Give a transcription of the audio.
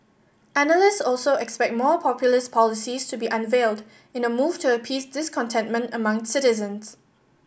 analyst also expect more populist policies to be unveiled in a move to appease discontentment among citizens